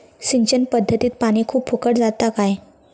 सिंचन पध्दतीत पानी खूप फुकट जाता काय?